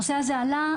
הנושא הזה עלה,